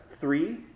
three